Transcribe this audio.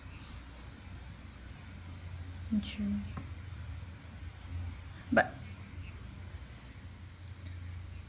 true but